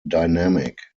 dynamic